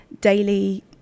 daily